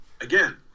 Again